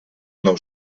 nou